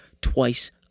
twice